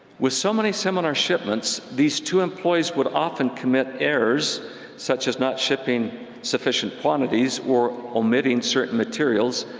with so many seminar shipments, these two employees would often commit errors such as not shipping sufficient quantities, or omitting certain materials,